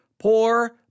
poor